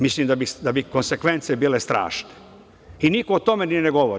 Mislim da bi konsekvence bile strašne i niko o tome ni ne govori.